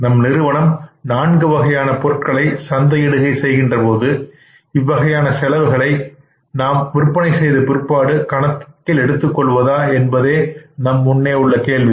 நம் நிறுவனம் நான்கு வகையான பொருட்களை சந்தையிடுகை செய்கின்ற பொழுது இவ்வகையான செலவுகளை நாம் விற்பனை செய்த பிற்பாடு கணக்கில் எடுத்துக் கொள்வதா என்பது நம் முன்னே உள்ள கேள்வி